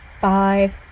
five